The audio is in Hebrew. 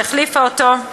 שהחליפה אותו,